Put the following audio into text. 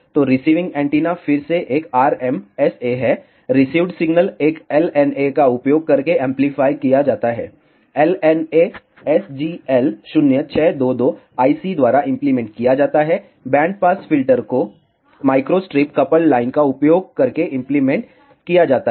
तो receiving antenna फिर से एक RMSA है रिसीव्ड सिग्नल एक LNA का उपयोग करके एंपलीफाय किया जाता है LNA SGL0622 IC द्वारा इंप्लीमेंट किया जाता है बैंड पास फ़िल्टर को माइक्रोस्ट्रिप कपल्ड लाइन का उपयोग करके इंप्लीमेंट किया जाता है